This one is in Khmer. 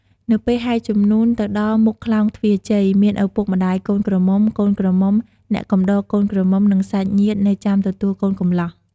នៅពេលហែជំនូន ទៅដល់មុខក្លោងទ្វាជ័យ មានឪពុកម្តាយកូនក្រមុំ កូនក្រមុំ អ្នកកំដរកូនក្រមុំនិងសាច់ញាតិនៅចាំទទួលកូនកំលោះ។